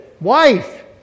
wife